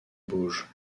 bauges